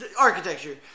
Architecture